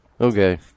okay